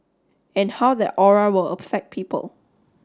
and how that aura will affect people